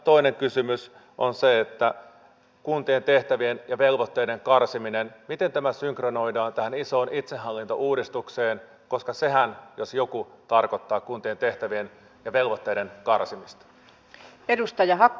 toinen kysymys on se miten kuntien tehtävien ja velvoitteiden karsiminen synkronoidaan tähän isoon itsehallintouudistukseen koska sehän jos mikä tarkoittaa kuntien tehtävien ja velvoitteiden karsimista